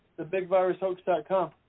thebigvirushoax.com